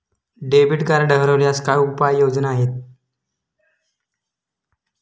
Debit card हरवल्यास काय उपाय योजना आहेत?